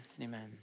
amen